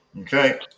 Okay